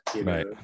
right